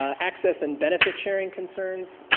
access and benefit sharing concerns.